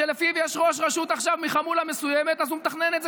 שלפיו יש ראש רשות עכשיו מחמולה מסוימת אז הוא מתכנן את זה